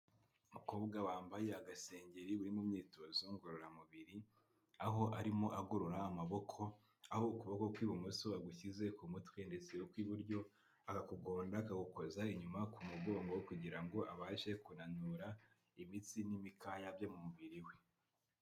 Umukobwa wambaye agasengeri uri mu myitozo ngororamubiri, aho arimo agorora amaboko aho ukuboko kw'ibumoso agushyize ku mutwe ndetse ukw'iburyo akakugonda, akagukoza inyuma ku mugongo kugira ngo abashe kunanura imitsi n'imikaya byo mu mubiri we.